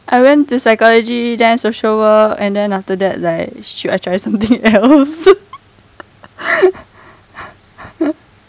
I went to psychology then social work then after that like should I try something else